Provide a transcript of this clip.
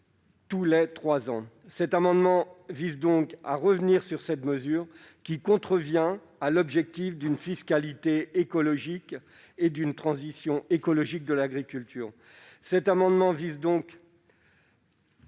tous les trois ans. Notre amendement vise à revenir sur cette mesure, qui contrevient à l'objectif d'une fiscalité écologique et d'une transition écologique de l'agriculture. L'argent public,